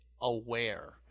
aware